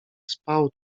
spał